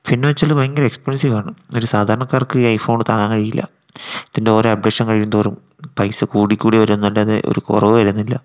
പിന്നെ വച്ചാൽ ഭയങ്കര എക്സ്പെൻസീവാണ് ഒരു സാധാരണകാർക്ക് ഈ ഐഫോൺ താങ്ങാൻ കഴിയില്ല ഇതിൻ്റെ ഓരോ അപ്ഡേഷൻ കഴിയുന്തോറും പൈസ കൂടിക്കൂടി വരുന്നതല്ലാതെ ഒരു കുറവ് വരുന്നില്ല